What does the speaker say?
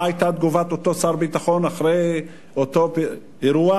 מה היתה תגובת אותו שר ביטחון אחרי אותו אירוע?